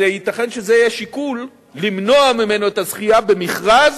אז ייתכן שזה יהיה שיקול למנוע ממנו את הזכייה במכרז,